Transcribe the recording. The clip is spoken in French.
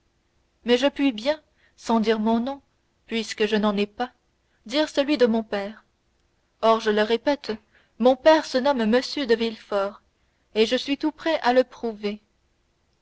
mais je puis bien sans dire mon nom puisque je n'en ai pas dire celui de mon père or je le répète mon père se nomme m de villefort et je suis tout prêt à le prouver